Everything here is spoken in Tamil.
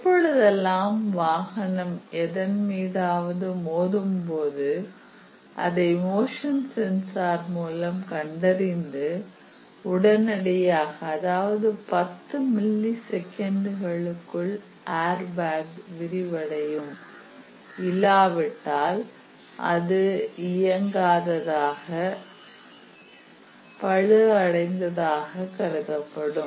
எப்பொழுதெல்லாம் வாகனம் எதன் மீதாவது மோதும் போது அதை மோஷன் சென்சார் மூலம் கண்டறிந்து உடனடியாக அதாவது 10 மில்லி செகண்ட்க்குள் ஹேர்பேக் விரிவடையும் இல்லாவிட்டால் அது இயங்காத பழுது அடைந்ததாக கருதப்படும்